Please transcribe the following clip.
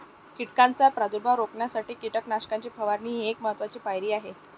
कीटकांचा प्रादुर्भाव रोखण्यासाठी कीटकनाशकांची फवारणी ही एक महत्त्वाची पायरी आहे